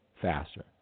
faster